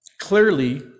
clearly